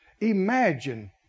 Imagine